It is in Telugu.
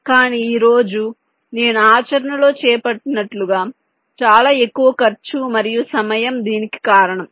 కానీ ఈ రోజు నేను ఆచరణలో చెప్పినట్లుగా చాలా ఎక్కువ ఖర్చు మరియు సమయం దీనికి కారణం